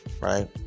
right